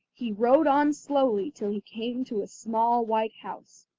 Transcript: he rode on slowly till he came to a small white house.